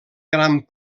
gran